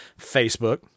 Facebook